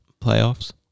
Playoffs